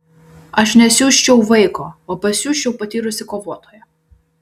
aš nesiųsčiau vaiko o pasiųsčiau patyrusį kovotoją